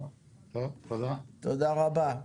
תודה רבה.